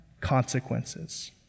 consequences